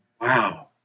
wow